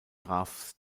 traf